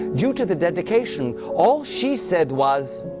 due to the dedication, all she said was,